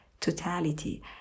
totality